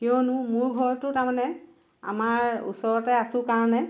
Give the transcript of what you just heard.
কিয়নো মোৰ ঘৰটো তাৰমানে আমাৰ ওচৰতে আছো কাৰণে